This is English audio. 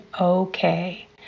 okay